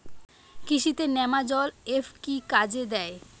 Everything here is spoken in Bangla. কৃষি তে নেমাজল এফ কি কাজে দেয়?